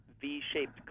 V-shaped